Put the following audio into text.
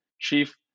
chief